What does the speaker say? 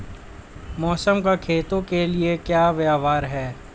मौसम का खेतों के लिये क्या व्यवहार है?